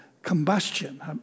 Combustion